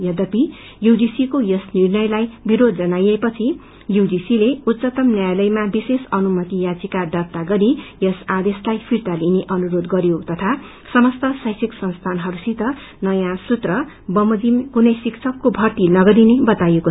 यद्यपि यूजीसी को यस निग्रयलाई विरोध जनाइएपछि यूजीसी ले उच्चतम न्यायालयमा विशेष अनुमति याचिका दार्ता गरी यस आदेशलाई फिर्ता लिने अनुरोध गर्यो तथा समस्त शैक्षिक संस्थानहरूसित नयाँ फार्मूला वमोजिम कुनै शिक्षकको भर्ती नगरिने बताइयो